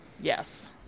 Yes